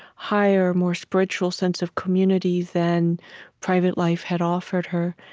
higher, more spiritual sense of community than private life had offered her.